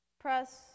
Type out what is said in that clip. press